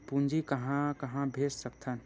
पूंजी कहां कहा भेज सकथन?